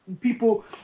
People